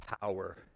power